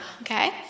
okay